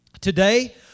Today